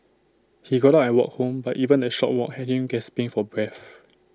he got out and walked home but even that short walk had him gasping for breath